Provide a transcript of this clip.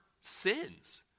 sins